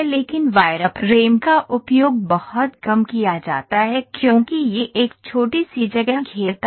लेकिन वायरफ्रेम का उपयोग बहुत कम किया जाता है क्योंकि यह एक छोटी सी जगह घेरता है